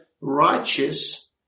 righteous